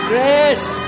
Grace